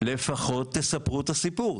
לפחות תספרו את הסיפור.